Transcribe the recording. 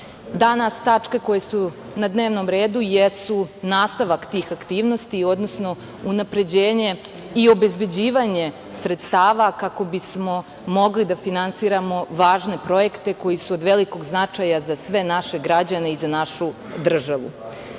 tačke koje su na dnevnom redu su nastavak tih aktivnosti, odnosno unapređenje i obezbeđivanje sredstava kako bismo mogli da finansiramo važne projekte koji su od velikog značaja za sve naše građane i za našu državu. Oblast